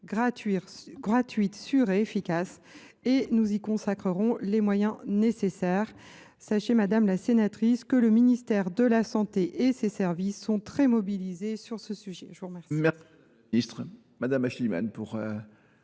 gratuite, sûre et efficace. Nous y consacrerons les moyens nécessaires. Sachez, madame la sénatrice, que le ministère de la santé et ses services sont tout à fait mobilisés sur ce sujet. La parole